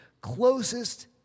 closest